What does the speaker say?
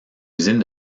usine